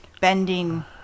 bending